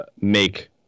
make